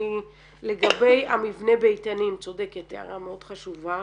לגבי המבנה באיתנים, הערה מאוד חשובה,